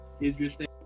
interesting